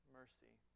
mercy